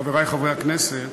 חברי חברי הכנסת,